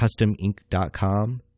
Customink.com